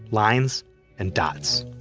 lines and dots